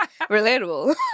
relatable